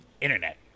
internet